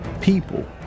people